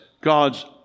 God's